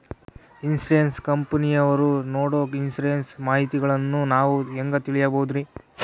Insurance ಕಂಪನಿಯವರು ನೇಡೊ insurance ಮಾಹಿತಿಗಳನ್ನು ನಾವು ಹೆಂಗ ತಿಳಿಬಹುದ್ರಿ?